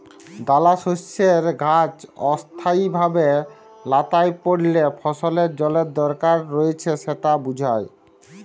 দালাশস্যের গাহাচ অস্থায়ীভাবে ল্যাঁতাই পড়লে ফসলের জলের দরকার রঁয়েছে সেট বুঝায়